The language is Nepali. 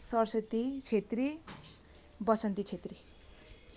सरस्वती छेत्री बसन्ती छेत्री